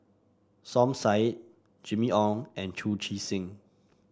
Som Said Jimmy Ong and Chu Chee Seng